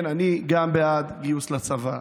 כן, אני גם בעד גיוס לצבא,